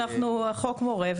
החוק מורה,